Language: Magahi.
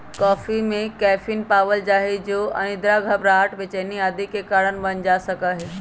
कॉफी में कैफीन पावल जा हई जो अनिद्रा, घबराहट, बेचैनी आदि के कारण बन सका हई